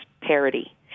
parity